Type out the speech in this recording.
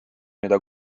mida